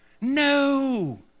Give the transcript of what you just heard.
no